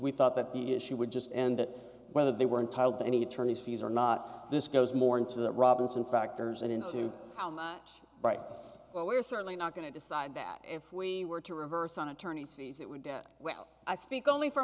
we thought that the issue would just end it whether they were entitled to any attorney's fees or not this goes more into that robinson factors and into how much right but we're certainly not going to decide that if we were to reverse on attorney's fees it would be well i speak only for